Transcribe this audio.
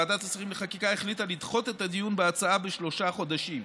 ועדת השרים לחקיקה החליטה לדחות את הדיון בהצעה בשלושה חודשים.